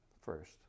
First